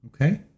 Okay